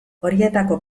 horietako